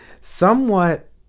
somewhat